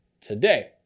today